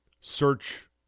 search